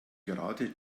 gerade